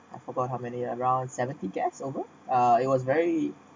I forgot how many around seventy gets over uh it was very